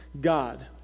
God